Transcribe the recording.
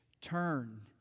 turn